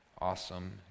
awesome